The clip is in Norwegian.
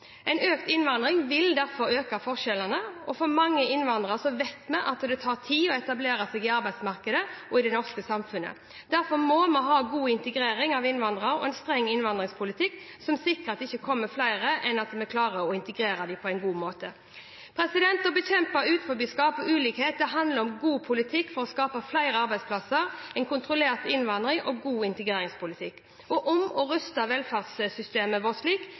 En økt innvandring vil derfor øke forskjellene. For mange innvandrere vet vi at det tar tid å etablere seg i arbeidsmarkedet og i det norske samfunnet. Derfor må vi ha god integrering av innvandrere og en streng innvandringspolitikk, som sikrer at det ikke kommer flere enn vi klarer å integrere på en god måte. Å bekjempe utenforskap og ulikhet handler om god politikk for å skape flere arbeidsplasser, om kontrollert innvandring og god integreringspolitikk og om å ruste velferdssystemet vårt slik